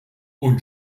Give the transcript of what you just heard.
und